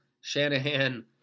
Shanahan